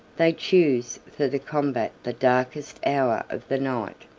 they choose for the combat the darkest hour of the night.